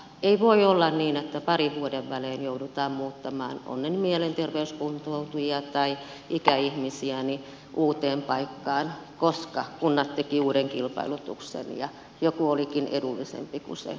ei voi olla niin että parin vuoden välein joudutaan muuttamaan ovat ne nyt mielenterveyskuntoutujia tai ikäihmisiä uuteen paikkaan koska kunta teki uuden kilpailutuksen ja joku olikin edullisempi kuin se aikaisempi paikka